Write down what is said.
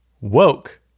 Woke